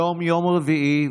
היום יום רביעי,